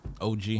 OG